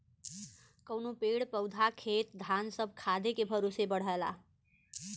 कउनो पेड़ पउधा खेत धान सब खादे के भरोसे बढ़ला